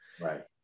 Right